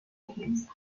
urgencia